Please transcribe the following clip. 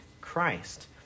Christ